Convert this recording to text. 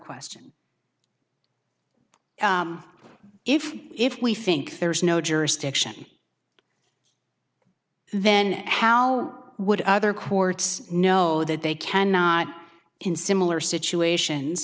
question if if we think there's no jurisdiction then how would other courts know that they cannot in similar situations